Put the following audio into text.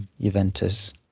Juventus